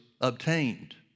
obtained